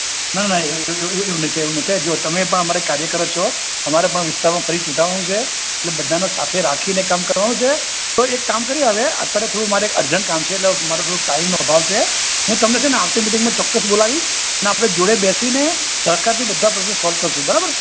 ના ના એવું એવું એવું એવું નહીં થાય એવું નહીં થાય જુઓ તમે પણ અમારા કાર્યકર જ છો અમારે પણ વિસ્તારમાં ફરી ચૂંટાવાનું છે એટલે બધાને સાથે રાખીને કામ કરવાનું છે તો એક કામ કરીએ હવે અત્યારે થોડું મારે એક અરજન્ટ કામ છે એટલે મારે થોડોક ટાઈમનો અભાવ છે હું તમને છે ને આવતી મિટિંગમાં ચોક્કસ બોલાવીશ અને આપણે જોડે બેસીને સહકારથી બધા પ્રશ્નો સૉલ્વ કરીશું બરાબર